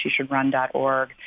sheshouldrun.org